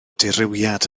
dirywiad